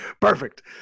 Perfect